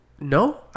No